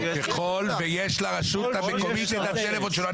ככל שיש לרשות המקומית את מספר הטלפון שלו.